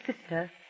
sister